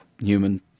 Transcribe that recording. human